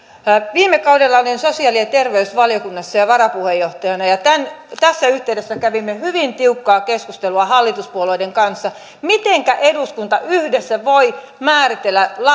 viime kaudella olin sosiaali ja terveysvaliokunnassa varapuheenjohtajana ja tässä yhteydessä kävimme hyvin tiukkaa keskustelua hallituspuolueiden kanssa mitenkä eduskunta yhdessä voi määritellä